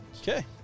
Okay